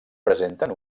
presenten